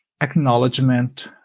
acknowledgement